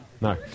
No